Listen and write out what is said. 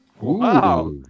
Wow